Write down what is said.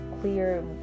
clear